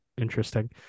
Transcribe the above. Interesting